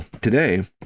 today